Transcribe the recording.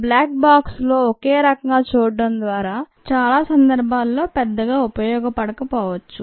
black box లో ఒకే రకంగా చూడటం చాలా సందర్భాల్లో పెద్దగా ఉపయోగపడకపోవచ్చు